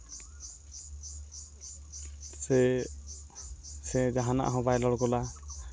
ᱥᱮ ᱥᱮ ᱡᱟᱦᱟᱱᱟᱜ ᱦᱚᱸ ᱵᱟᱭ ᱨᱚᱲ ᱜᱚᱫᱟ